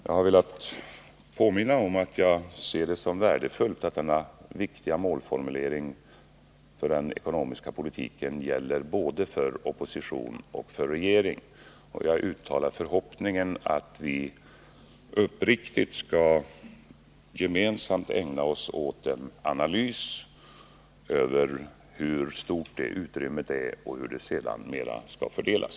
Jag har velat påminna om att jag ser det som värdefullt att denna viktiga målformulering för den ekonomiska politiken gäller för både opposition och regering. Och jag uttalar förhoppningen att vi gemensamt skall ägna oss åt en analys av hur stort det utrymmet är och hur det sedan skall fördelas.